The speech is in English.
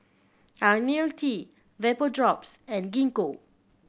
Ionil T Vapodrops and Gingko